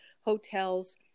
hotels